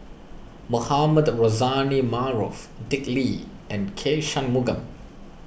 Mohamed Rozani Maarof Dick Lee and K Shanmugam